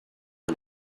air